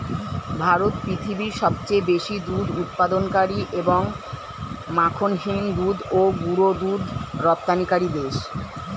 ভারত পৃথিবীর সবচেয়ে বেশি দুধ উৎপাদনকারী এবং মাখনহীন দুধ ও গুঁড়ো দুধ রপ্তানিকারী দেশ